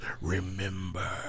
Remember